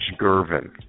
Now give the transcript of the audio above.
Gervin